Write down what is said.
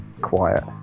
Quiet